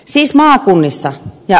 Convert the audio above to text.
siis maakunnissa